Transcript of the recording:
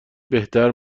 بهتر